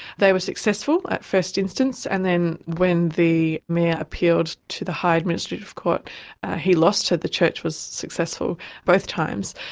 they were successful at first instance, and then when the mayor appealed to the high administrative court he lost so the church was successful both times.